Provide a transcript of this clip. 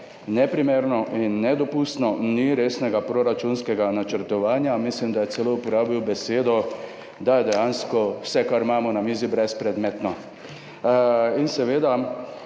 neprimerno in nedopustno. Ni resnega proračunskega načrtovanja.« Mislim, da je celo uporabil besedo, da je dejansko vse, kar imamo na mizi, brezpredmetno. Seveda